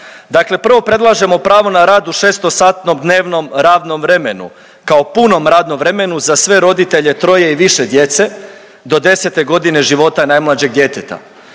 Dakle, prvo predlažemo pravo na rad u šestosatnom dnevnom radnom vremenu, kao punom radnom vremenu za sve roditelje troje i više djece do 10. godine života najmlađeg djeteta.